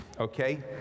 Okay